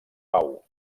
pau